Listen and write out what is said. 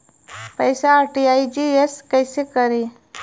पैसा आर.टी.जी.एस कैसे करी?